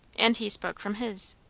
and he spoke from his.